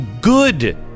Good